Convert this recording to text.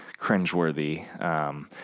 cringeworthy